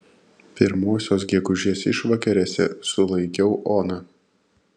pirmosios gegužės išvakarėse sulaikiau oną